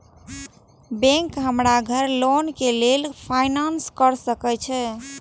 Bank हमरा घर loan के लेल फाईनांस कर सके छे?